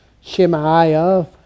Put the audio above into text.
Shemaiah